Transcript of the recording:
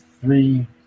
three